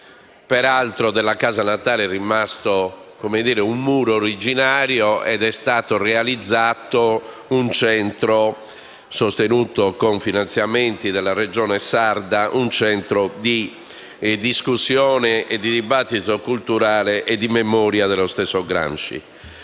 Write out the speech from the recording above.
Peraltro, della casa natale è rimasto un muro originario e vi è stato realizzato un centro, sostenuto con finanziamenti della Regione sarda, di discussione, dibattito culturale e di memoria dello stesso Gramsci.